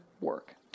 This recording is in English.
work